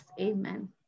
Amen